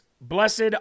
Blessed